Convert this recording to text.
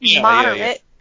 moderate